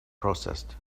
processed